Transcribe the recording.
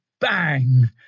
bang